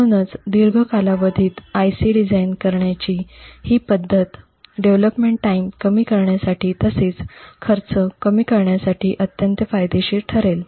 म्हणूनच दीर्घ कालावधीत IC डिझाइन करण्याची ही पद्धत विकासाचा वेळ कमी करण्यासाठी तसेच खर्च कमी करण्यासाठी अत्यंत फायदेशीर ठरेल